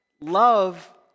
love